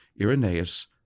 Irenaeus